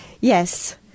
Yes